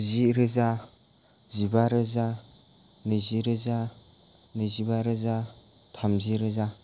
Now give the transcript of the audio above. जि रोजा जिबा रोजा नैजि रोजा नैजिबा रोजा थामजि रोजा